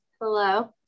Hello